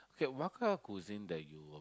kay what kind of cuisine that you